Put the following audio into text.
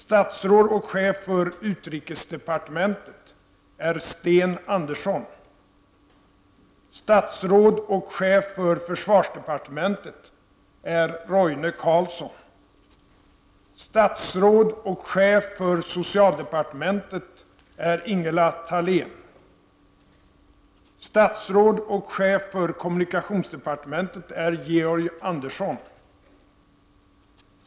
Statsråd och chef för utrikesdepartementet är Sten Andersson. Statsråd och chef för försvarsdepartementet är Roine Carlsson. Statsråd och chef för socialdepartementet är Ingela Thalén. Statsråd och chef för kommunikationsdepartementet är Georg Andersson.